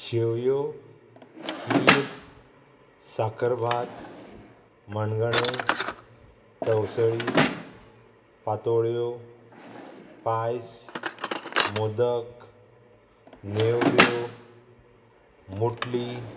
शेवयो खीर साकरभात मणगणें तवसळी पातोळ्यो पायस मोदक नेवऱ्यो मुटली